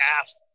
ask